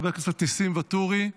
חבר הכנסת ניסים ואטורי,